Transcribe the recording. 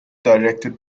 directed